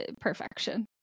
perfection